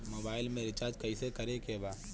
Mobile में recharge कइसे करे के बा?